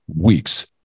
week's